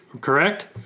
correct